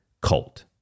cult